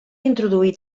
introduir